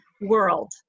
world